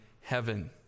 heaven